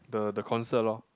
the the concert lor